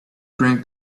drank